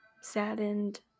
saddened